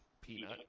peanut